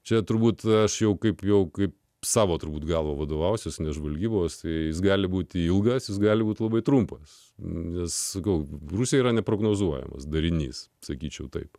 čia turbūt aš jau kaip jo kaip savo turbūt galo vadovausis ne žvalgybos jais gali būti ilgasis gali būti labai trumpas nes galbūt rusija yra neprognozuojamas darinys sakyčiau taip